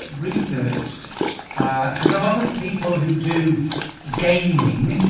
researched because a lot of people who do gaming